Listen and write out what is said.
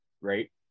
right